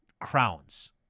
crowns